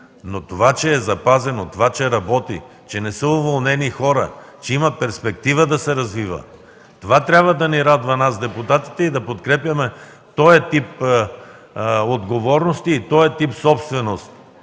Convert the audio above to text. Но това, че е запазено, това, че работи, че не са уволнени хора, че има перспектива да се развива, това трябва да ни радва нас, депутатите, и да подкрепяме тоя тип отговорности и тоя тип собственост.